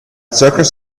circus